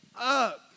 up